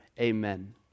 Amen